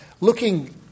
looking